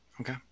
Okay